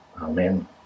Amen